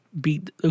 beat